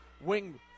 wing